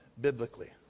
biblically